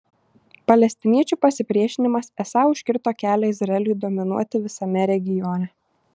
palestiniečių pasipriešinimas esą užkirto kelią izraeliui dominuoti visame regione